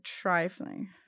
trifling